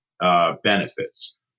benefits